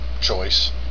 choice